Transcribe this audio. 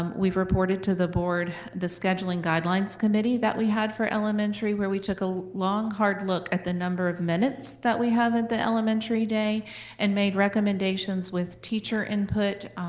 um we've reported to the board the scheduling guidelines committee that we had for elementary, where we took a long, hard look at the number of minutes that we have at the elementary day and made recommendations with teacher input,